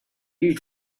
you